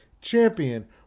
Champion